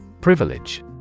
Privilege